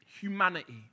humanity